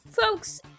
folks